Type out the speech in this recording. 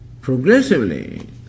progressively